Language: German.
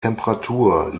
temperatur